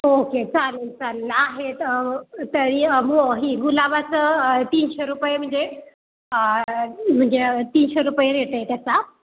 okay चालेल चालेल आहेत तरी मो ही गुलाबाचं तीनशे रुपये म्हणजे म्हणजे तीनशे रुपये रेट आहे त्याचा